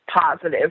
positive